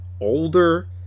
older